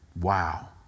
Wow